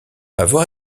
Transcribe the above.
avoir